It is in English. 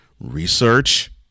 research